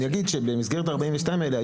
במסגרת ה-42 המקומות האלה,